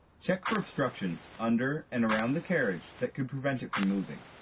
check for obstructions under and around the carriage that could prevent it from moving.